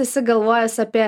esi galvojęs apie